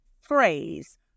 phrase